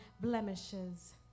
blemishes